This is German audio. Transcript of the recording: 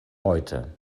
heute